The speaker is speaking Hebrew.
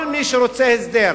כל מי שרוצה הסדר,